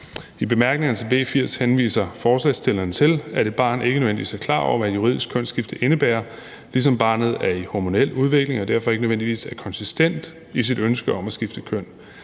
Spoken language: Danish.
I bemærkningerne til B 80 henviser forslagsstillerne til, at et barn ikke nødvendigvis er klar over, hvad et juridisk kønsskifte indebærer, ligesom barnet er i hormonel udvikling og derfor ikke nødvendigvis er konsistent i sit ønske om at skifte køn.